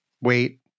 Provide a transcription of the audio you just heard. wait